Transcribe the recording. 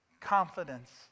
confidence